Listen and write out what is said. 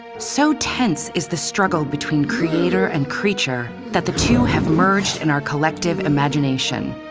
so tense is the struggle between creator and creature that the two have merged in our collective imagination.